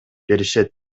беришет